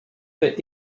fait